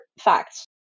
facts